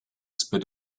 spit